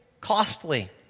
costly